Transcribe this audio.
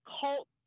cult